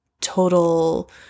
total